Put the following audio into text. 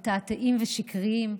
מתעתעים ושקריים.